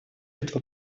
этого